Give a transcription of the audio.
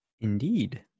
Indeed